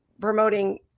promoting